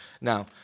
Now